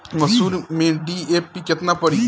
मसूर में डी.ए.पी केतना पड़ी?